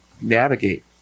navigate